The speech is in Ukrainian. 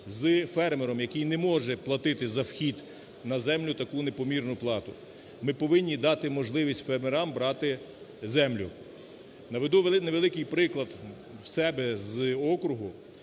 із фермером, який не може платити за вхід на землю таку непомірну плату. Ми повинні дати можливість фермерам брати землю. Наведу невеликий приклад в себе з округу.